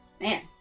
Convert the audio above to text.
Man